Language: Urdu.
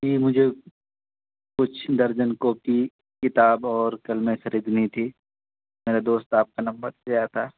جی مجھے کچھ درجن کاپی کتاب اور قلمیں خریدنی تھی میرے دوست آپ کا نمبر دیا تھا